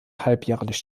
halbjährlich